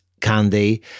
Candy